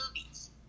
movies